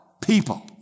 people